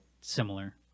similar